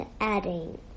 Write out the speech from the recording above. adding